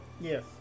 Yes